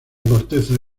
corteza